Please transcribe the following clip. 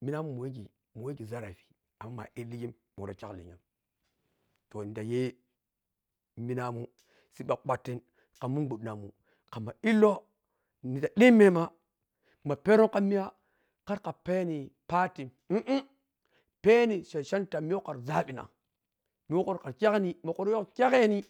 minam mu wahghe minamun manwagi zarafi amma munda illighem munwari kyagilennya to nhidhi ta yhe siɓɓaminamun siɓɓa kwatin kha men gbwandhi namun khamma illoh nhi dhi ta dhimmema ma pero khamiya kharkha peni arty peni chanchanta miya wah khara ʒabina makhu woro khan kyakanhi makhu woro khan kyakah.